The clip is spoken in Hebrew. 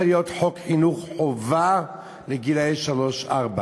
להיות חוק חינוך חובה לגילאי שלוש ארבע